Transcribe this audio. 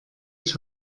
ich